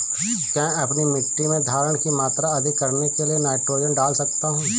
क्या मैं अपनी मिट्टी में धारण की मात्रा अधिक करने के लिए नाइट्रोजन डाल सकता हूँ?